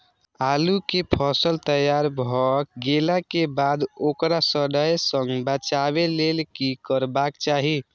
आलू केय फसल तैयार भ गेला के बाद ओकरा सड़य सं बचावय लेल की करबाक चाहि?